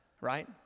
right